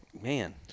Man